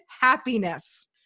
happiness